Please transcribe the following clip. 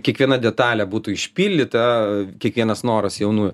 kiekviena detalė būtų išpildyta kiekvienas noras jaunųjų